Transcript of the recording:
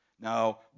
now